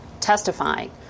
testifying